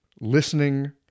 listening